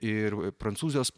ir prancūzijos